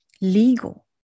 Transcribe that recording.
legal